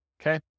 okay